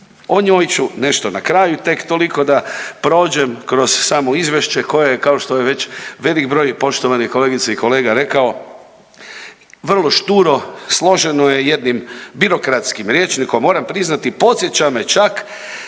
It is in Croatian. O njoj ću nešto na kraju tek toliko da prođem kroz samo izvješće koje kao što je već velik broj poštovanih kolegica i kolega rekao vrlo šturo složeno je jednim birokratskim rječnikom. Moram priznati podsjeća me čak